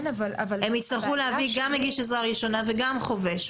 הם יצטרכו להביא גם מגיש עזרה ראשונה וגם חובש.